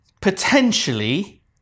potentially